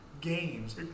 Games